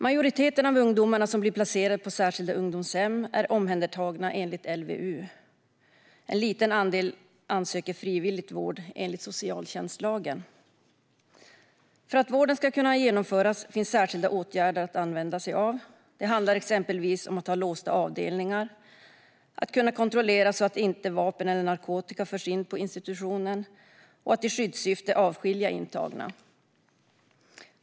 Majoriteten av de ungdomar som blir placerade på särskilda ungdomshem är omhändertagna enligt LVU. En liten andel ansöker frivilligt om vård enligt socialtjänstlagen. För att vården ska kunna genomföras finns särskilda åtgärder att använda. Det handlar exempelvis om att ha låsta avdelningar, att kunna kontrollera att vapen eller narkotika inte förs in på institutionen och att i skyddssyfte avskilja intagna.